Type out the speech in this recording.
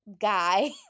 guy